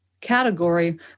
category